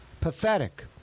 Pathetic